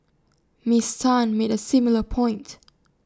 miss Tan made A similar point